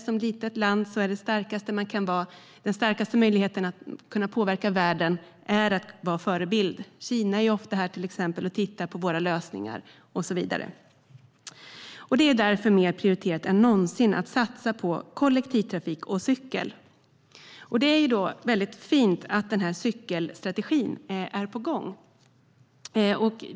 Ett litet lands starkaste möjlighet att påverka världen är att vara en förebild. Kina är till exempel ofta här och tittar på våra lösningar och så vidare. Vi bör därför mer än någonsin prioritera satsningar på kollektivtrafik och cykel. Då är det fint att cykelstrategin är på gång.